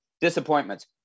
disappointments